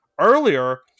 earlier